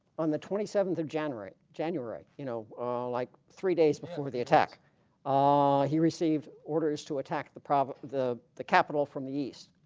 on the twenty seventh of january, january you know like three days before the attack ah he received orders to attack the problem the the capital from the east.